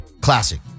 Classic